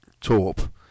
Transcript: Torp